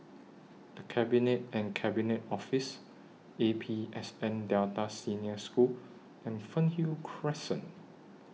The Cabinet and Cabinet Office A P S N Delta Senior School and Fernhill Crescent